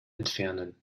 entfernen